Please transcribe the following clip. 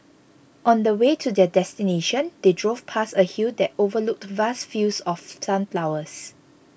on the way to their destination they drove past a hill that overlooked vast fields of sunflowers